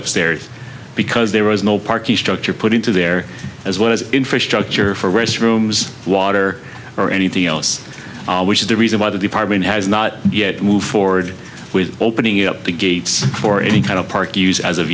up stairs because there was no parking structure put into there as well as infrastructure for restrooms water or anything else which is the reason why the department has not yet moved forward with opening up the gates for any kind of park use as of